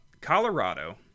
Colorado